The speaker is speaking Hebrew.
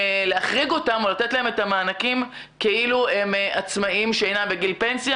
להחריג אותם או לתת להם את המענקים כאילו הם עצמאים שאינם בגיל פנסיה.